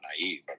naive